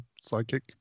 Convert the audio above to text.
Psychic